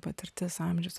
patirtis amžius